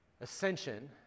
ascension